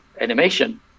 animation